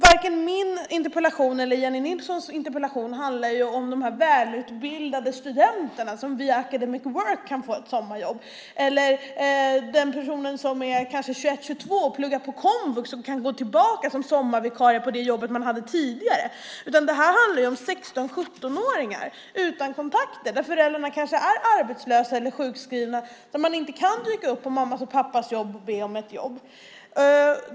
Varken min eller Jennie Nilssons interpellation handlar om de välutbildade studenterna som via Academic Work kan få ett sommarjobb eller den person som är 21-22 år och pluggar på komvux som kan gå tillbaka som sommarvikarie på det jobb man hade tidigare. Det här handlar om 16-17-åringar utan kontakter, vilkas föräldrar kanske är arbetslösa eller sjukskrivna och som inte kan dyka upp på mammas eller pappas jobb och be om sommarjobb.